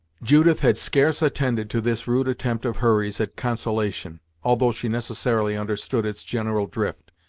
judith had scarce attended to this rude attempt of hurry's at consolation, although she necessarily understood its general drift,